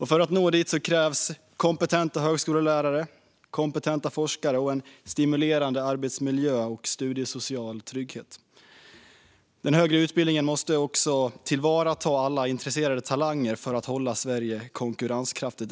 För att nå dit krävs kompetenta högskolelärare, kompetenta forskare, en stimulerande arbetsmiljö och studiesocial trygghet. Den högre utbildningen måste tillvarata alla intresserade talanger för att hålla Sverige konkurrenskraftigt.